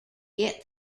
get